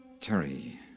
Terry